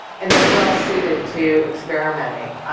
and they're well suited to experimenting.